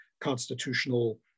constitutional